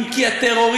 כי אם הטרוריסטים,